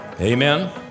Amen